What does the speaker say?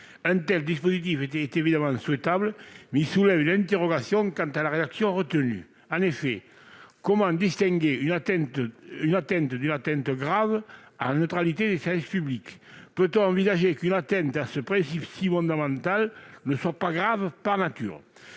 Un tel dispositif est évidemment souhaitable, mais il soulève une interrogation quant à la rédaction retenue. En effet, comment distinguer une atteinte d'une atteinte grave à la neutralité des services publics ? Peut-on envisager qu'une atteinte à ce principe si fondamental ne soit pas grave par nature ?